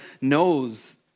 knows